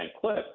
clip